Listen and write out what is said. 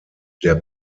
der